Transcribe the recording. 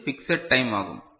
இது fixed time ஆகும்